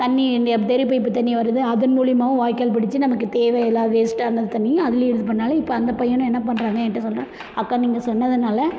தண்ணி இந்த தெரு பைப்பு தண்ணி வருது அதன் மூலிமாவும் வாய்க்கால் பிடித்து நமக்கு தேவையில்லாத வேஸ்ட்டான தண்ணி அதுலேயும் இது பண்ணாலும் இப்போ அந்த பையனும் என்ன பண்ணுறாங்க என்ட்ட சொல்கிறாங்க அக்கா நீங்கள் சொன்னதுனால